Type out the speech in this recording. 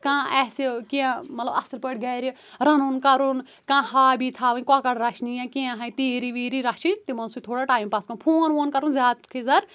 کانٛہہ آسہِ کیٚنٛہہ مطلَب اصٕلۍ پٲٹھۍ گَرِ رَنُن کَرُن کانٛہہ ہابی تھاوٕنۍ کۄکَر رَچھنہِ یا کیٚنٛہہ تیٖری ویٖرِی رَچِھنۍ تِمو سۭتۍ تھوڈا ٹایِم پاس کَرُن فون وون کَرُن زیاد سے زیاد